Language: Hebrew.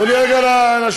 תנו לי רגע להשיב.